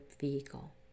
vehicle